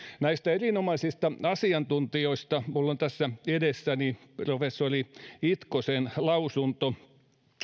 näistä erinomaisista asiantuntijoista minulla on tässä edessäni professori itkosen lausunto